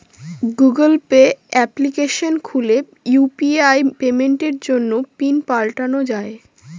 Google Pay application খুলে UPI পেমেন্টের জন্য পিন পাল্টানো যাই